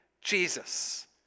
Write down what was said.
Jesus